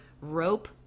rope